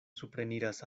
supreniras